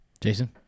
Jason